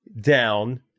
down